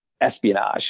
espionage